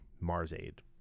Mars-Aid